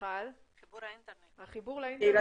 נשכיל להדליק משואה לכבוד אנשי החינוך.